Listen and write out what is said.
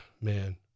Man